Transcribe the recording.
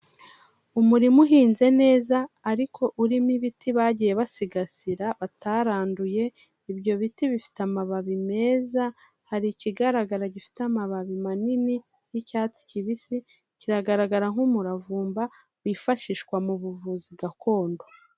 Umurima uhinze neza, ariko urimo ibiti bagiye basigasira bataranduye, ibyo biti bifite amababi meza, hari ikigaragara gifite amababi manini y'icyatsi kibisi, kiragaragara nk'umuravumba, wifashishwa mu buvuzi gakondo.